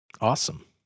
Awesome